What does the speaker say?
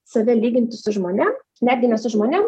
save lyginti su žmonėm netgi ne su žmonėm